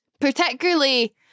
Particularly